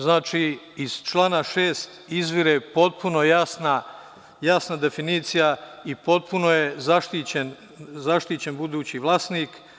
Znači iz člana 6. izvire potpuno jasna definicija i potpuno je zaštićen budući vlasnik.